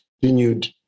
continued